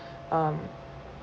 um